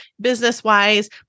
business-wise